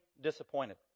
disappointed